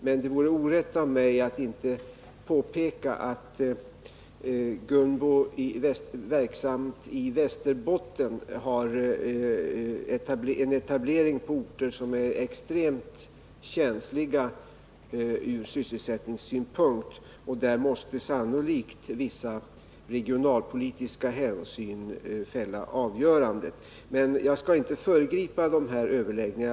Men det vore orätt av mig att inte påpeka att Gunbo, som är verksamt i Västerbotten, har etablering på orter som är extremt känsliga ur sysselsättningssynpunkt. Här måste sannolikt vissa regionalpolitiska hänsyn fälla avgörandet. Men jag skall inte föregripa de här överläggningarna.